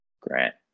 grant